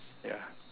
ya